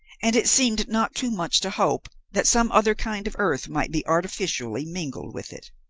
and it seemed not too much to hope that some other kind of earth might be artificially mingled with it.